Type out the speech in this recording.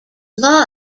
law